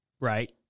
right